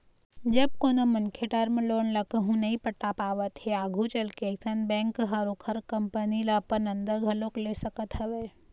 जब कोनो मनखे टर्म लोन ल कहूँ नइ पटा पावत हे आघू चलके अइसन बेंक ह ओखर कंपनी ल अपन अंदर घलोक ले सकत हवय